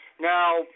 Now